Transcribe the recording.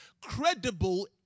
credible